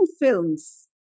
films